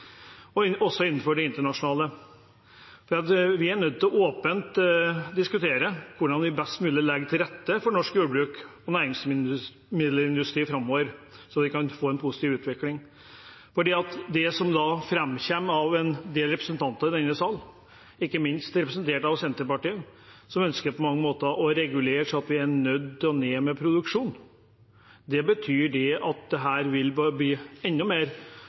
oss deretter, også innenfor det internasjonale. Vi er nødt til åpent å diskutere hvordan vi best mulig legger til rette for norsk jordbruk og næringsmiddelindustri framover, så de kan få en positiv utvikling. For det som framkommer av det en hører fra en del representanter i denne sal, ikke minst fra Senterpartiet, er at man på mange måter ønsker å regulere så vi er nødt til å ta ned produksjonen. Det betyr at dette vil bli enda mer